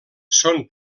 són